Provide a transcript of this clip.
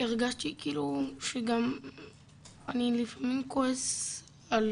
הרגשתי כאילו שגם אני לפעמים כועס על